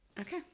Okay